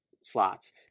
slots